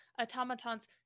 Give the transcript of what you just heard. Automaton's